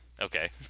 okay